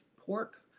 pork